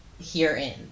herein